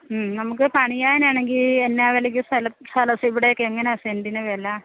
മ്മ് നമുക്ക് പണിയാൻ ആണെങ്കിൽ എന്നാ വിലക്ക് സ്ഥലം ഇവിടെ ഒക്കെ എങ്ങനെയാ സെൻറ്റിന് വില